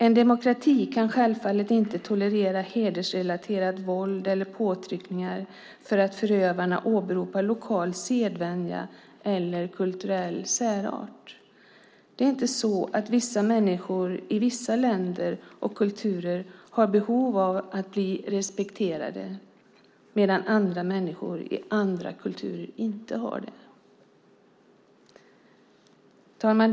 En demokrati kan självfallet inte tolerera hedersrelaterat våld eller påtryckningar för att förövarna åberopar lokal sedvänja eller kulturell särart. Det är inte så att vissa människor i vissa länder och kulturer har behov av att bli respekterade medan andra människor i andra kulturer inte har det. Herr talman!